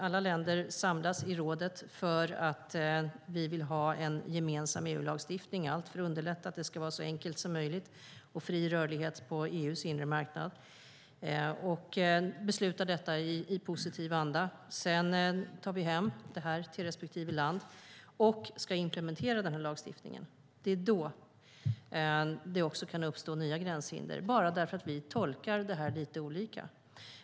Alla länder samlas i rådet för att ta fram en gemensam EU-lagstiftning. Allt görs för att underlätta så att det ska vara så enkelt som möjligt med fri rörlighet på EU:s inre marknad. Beslut sker i positiv anda. Sedan tar vi hem förslagen till respektive land och ska implementera dem i lagstiftningen. Det är då det kan uppstå nya gränshinder - bara därför att vi tolkar dessa förslag lite olika.